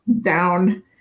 down